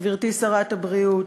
גברתי שרת הבריאות,